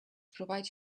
provides